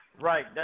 Right